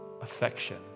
affection